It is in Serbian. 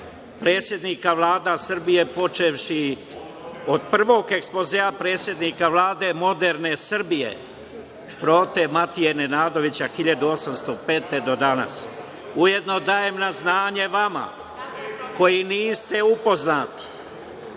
predsednika Vlada Srbije, počevši od prvog ekspozea predsednika Vlade moderne Srbije – Prote Matije Nenadovića 1805. godine do danas. Ujedno, dajem na znanje vama, koji niste upoznati,